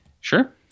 Sure